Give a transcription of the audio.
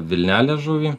vilnelės žuvį